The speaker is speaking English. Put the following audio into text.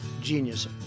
genius